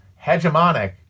hegemonic